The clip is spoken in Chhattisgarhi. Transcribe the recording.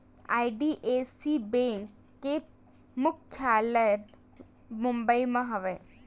आई.डी.एफ.सी बेंक के मुख्यालय मुबई म हवय